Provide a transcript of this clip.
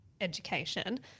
education